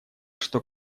что